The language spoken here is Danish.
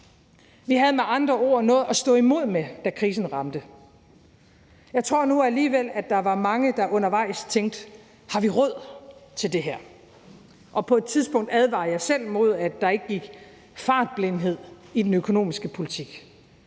Vi havde med andre ord noget at stå imod med, da krisen ramte. Jeg tror nu alligevel, at der var mange, der undervejs tænkte: Har vi råd til det her? Og på et tidspunkt advarede jeg selv mod, at der gik fartblindhed i den økonomiske politik